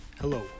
Hello